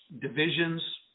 divisions